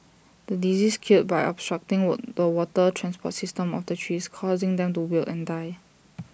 the disease killed by obstructing the water transport system of the trees causing them to wilt and die